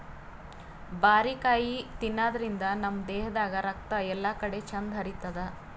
ಬಾರಿಕಾಯಿ ತಿನಾದ್ರಿನ್ದ ನಮ್ ದೇಹದಾಗ್ ರಕ್ತ ಎಲ್ಲಾಕಡಿ ಚಂದ್ ಹರಿತದ್